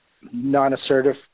non-assertive